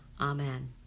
Amen